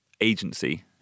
agency